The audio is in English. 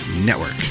network